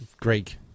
Greek